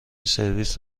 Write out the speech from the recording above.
سرویس